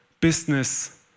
business